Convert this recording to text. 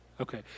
Okay